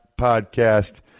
Podcast